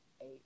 eight